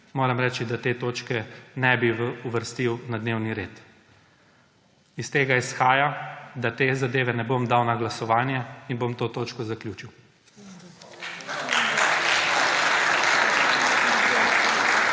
moram reči, da te točke ne bi uvrstil na dnevni red. Iz tega izhaja, da te zadeve ne bom dal na glasovanje in bom to točko zaključil.